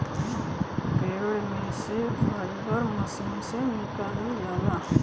पेड़ में से फाइबर मशीन से निकालल जाला